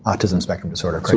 autism spectrum disorder,